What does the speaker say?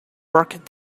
work